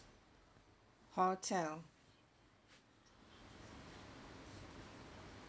hotel